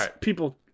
people